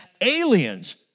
aliens